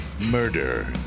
Murder